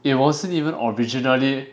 it wasn't even originally